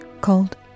called